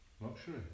Luxury